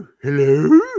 Hello